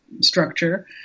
structure